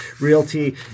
Realty